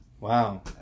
Wow